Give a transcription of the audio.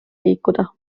liikuda